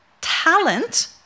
talent